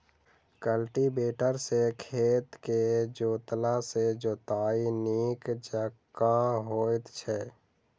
cultivator सॅ खेत के जोतला सॅ जोताइ नीक जकाँ होइत छै